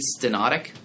stenotic